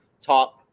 top